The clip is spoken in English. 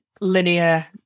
linear